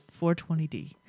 420D